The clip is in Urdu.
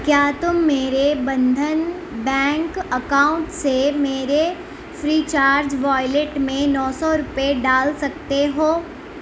کیا تم میرے بندھن بینک اکاؤنٹ سے میرے فری چارج والیٹ میں نو سو روپیے ڈال سکتے ہو